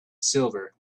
silver